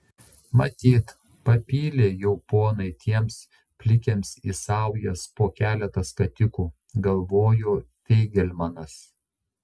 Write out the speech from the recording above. matyt papylė jau ponai tiems plikiams į saujas po keletą skatikų galvojo feigelmanas